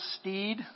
steed